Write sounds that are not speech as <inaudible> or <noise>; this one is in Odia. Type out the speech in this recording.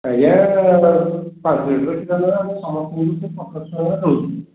ଆଜ୍ଞା ପାଞ୍ଚ ଲିଟର୍ କ୍ଷୀର <unintelligible> ଆମେ ସମସ୍ତଙ୍କୁ ସେଇ ପନ୍ଦରଶହ ଟଙ୍କାରେ ଦେଉଛୁ